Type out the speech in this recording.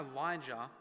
Elijah